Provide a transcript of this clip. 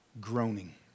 groaning